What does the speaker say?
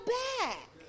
back